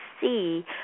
see